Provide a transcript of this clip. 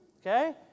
Okay